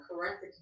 correct